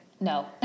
No